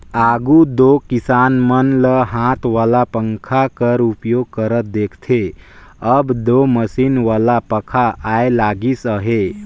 आघु दो किसान मन ल हाथ वाला पंखा कर उपयोग करत देखथे, अब दो मसीन वाला पखा आए लगिस अहे